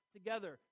together